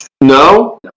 No